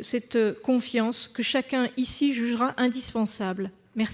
cette confiance que chacun ici juge indispensable. Quel